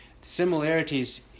similarities